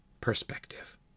perspective